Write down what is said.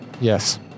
Yes